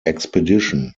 expedition